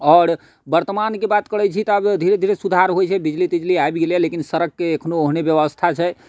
आओर वर्तमानके बात करै छी तऽ आब धीरे धीरे सुधार होइ छै बिजली तिजली आबि गेलै लेकिन सड़कके एखनो ओहने बेबस्था छै